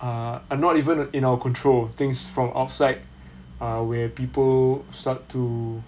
uh are not even in our control things from outside uh where people start to